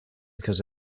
because